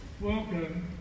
welcome